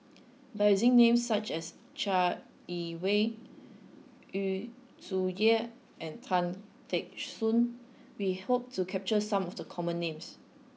by using names such as Chai Yee Wei Yu Zhuye and Tan Teck Soon we hope to capture some of the common names